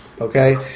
okay